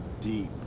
deep